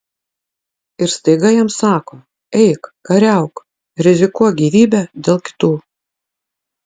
ir staiga jam sako eik kariauk rizikuok gyvybe dėl kitų